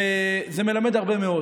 וזה מלמד הרבה מאוד.